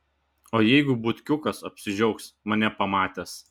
o jeigu butkiukas apsidžiaugs mane pamatęs